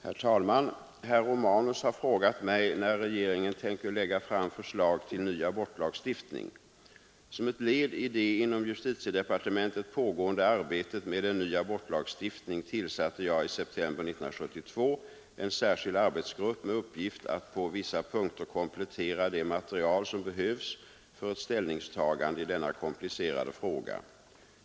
Herr talman! Herr Romanus har frågat mig när regeringen tänker lägga fram förslag till ny abortlagstiftning. Som ett led i det inom justitiedepartementet pågående arbetet med en ny abortlagstiftning tillsatte jag i september 1972 en särskild arbetsgrupp med uppgift att på vissa punkter komplettera det material som behövs för ett ställningstagande i denna komplicerade fråga.